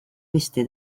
beste